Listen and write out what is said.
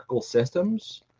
systems